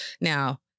Now